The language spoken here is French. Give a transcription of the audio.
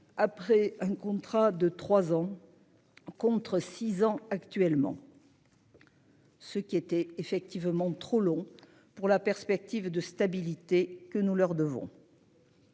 après un contrat de 3 ans. Contre 6 ans actuellement.-- Ce qui était effectivement trop long pour la perspective de stabilité que nous leur devons.--